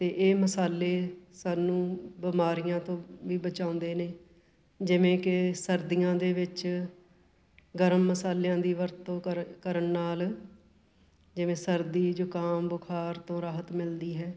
ਅਤੇ ਇਹ ਮਸਾਲੇ ਸਾਨੂੰ ਬਿਮਾਰੀਆਂ ਤੋਂ ਵੀ ਬਚਾਉਂਦੇ ਨੇ ਜਿਵੇਂ ਕਿ ਸਰਦੀਆਂ ਦੇ ਵਿੱਚ ਗਰਮ ਮਸਾਲਿਆਂ ਦੀ ਵਰਤੋਂ ਕਰ ਕਰਨ ਨਾਲ ਜਿਵੇਂ ਸਰਦੀ ਜ਼ੁਕਾਮ ਬੁਖਾਰ ਤੋਂ ਰਾਹਤ ਮਿਲਦੀ ਹੈ